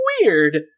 weird